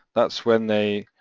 that's when they